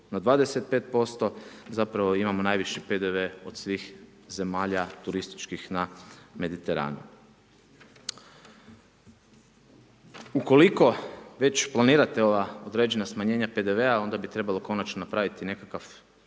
na 25%, zapravo imamo najviši PDV od svih zemalja turističkih na Mediteranu. Ukoliko već planirate ova određena smanjenja PDV-a, onda bi trebalo konačno napraviti nekakav